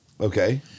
Okay